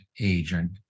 agent